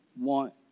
want